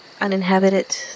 uninhabited